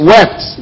Wept